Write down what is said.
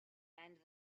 and